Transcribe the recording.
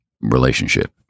relationship